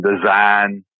design